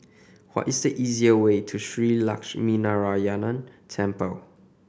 what is the easier way to Shree Lakshminarayanan Temple